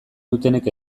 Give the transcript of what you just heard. dutenek